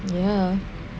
ya